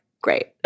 great